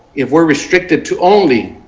if we are restricted to only